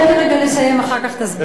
תן לי רגע לסיים, אחר כך תסביר.